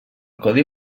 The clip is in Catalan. codi